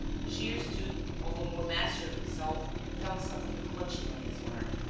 shears too, although more master of himself, felt something clutching at his heart.